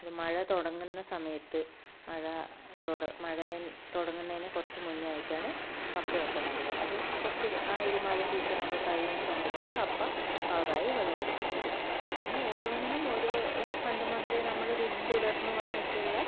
അത് മഴ തുടങ്ങുന്ന സമയത്ത് മഴ തുട മഴ തുടങ്ങുന്നതിന് കുറച്ച് മുന്നേ ആയിട്ടാണ് കപ്പയൊക്കെ നടുക അത് കുറച്ച് ആ ഒരു മഴ സീസണൊക്കെ കഴിയുന്ന സമയത്താണ് കപ്പ പാകമായി വിളവെടുക്കുന്നത് അങ്ങനെ ഓരോന്നിനും ഓരോ പണ്ട് മുതലേ നമ്മൾ പിൻതുടർന്ന് വന്നിട്ടിള്ള